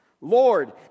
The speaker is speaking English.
Lord